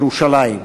ירושלים,